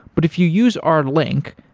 but if you use our link,